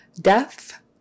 Deaf